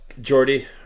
Jordy